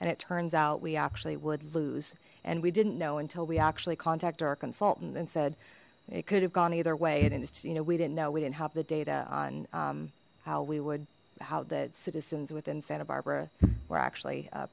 and it turns out we actually would lose and we didn't know until we actually contact our consultant and said it could have gone either way and it's you know we didn't know we didn't have the data on how we would how the citizens within santa barbara we're actually